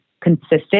consistent